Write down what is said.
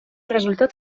resultat